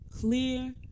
Clear